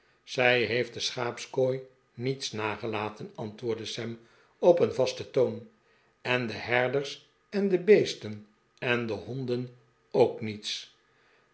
zij heeft de schaapskooi niets nagelaten antwoordde sam op een vasten toon en de herders en de beesten en de honden ook niets